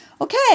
Okay